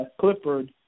Clifford